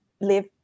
live